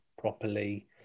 properly